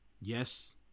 Yes